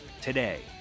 today